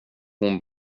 hon